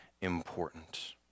important